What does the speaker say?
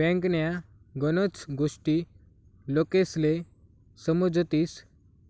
बँकन्या गनच गोष्टी लोकेस्ले समजतीस